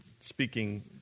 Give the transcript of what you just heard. speaking